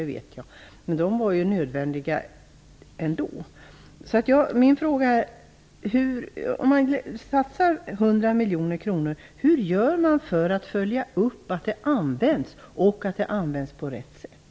Men dessa behövdes ju hur som helst. Hur gör man, om nu 100 miljoner kronor satsas, för att följa upp att pengarna används och att de används på rätt sätt?